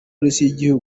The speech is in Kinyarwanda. bijyanye